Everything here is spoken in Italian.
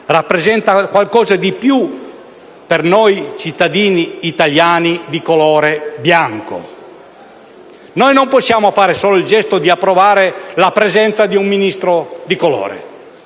rappresenta qualcosa di più per noi cittadini italiani di colore bianco. Noi non possiamo fare solo il gesto di approvare la presenza di un Ministro di colore: